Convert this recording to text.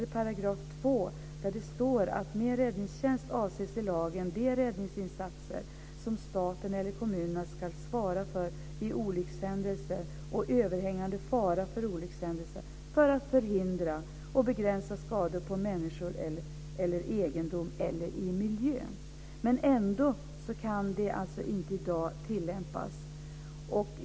I § 2 står det nämligen att med räddningstjänst avses i lagen de räddningsinsatser som staten eller kommunerna ska svara för vid olyckshändelser och vid överhängande fara för olyckshändelser för att förhindra och begränsa skador på människor, på egendom eller i miljön. Men det här kan alltså ändå inte tillämpas i dag.